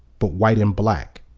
but white and black.